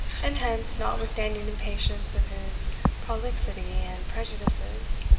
and hence, notwithstanding impatience of his prolixity and prejudices,